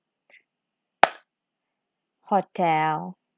hotel